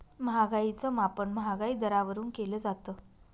महागाईच मापन महागाई दरावरून केलं जातं